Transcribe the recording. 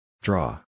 Draw